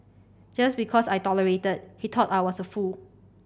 just because I tolerated he thought I was a fool